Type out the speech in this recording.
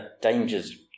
dangers